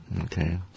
Okay